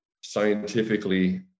scientifically